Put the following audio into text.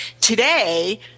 today